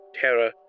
terror